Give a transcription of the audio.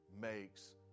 Makes